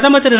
பிரதமர் திரு